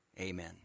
Amen